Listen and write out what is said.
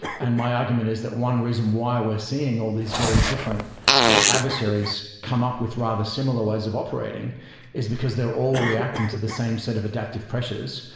and my argument is that one reason why we're seeing all these very different adversaries come up with rather similar ways of operating is because they're all reacting to the same set of adaptive pressures,